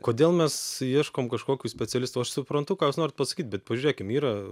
kodėl mes ieškom kažkokių specialistų aš suprantu ką jūs norit pasakyt bet pažiūrėkim yra